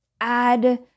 add